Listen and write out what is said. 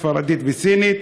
ספרדית וסינית.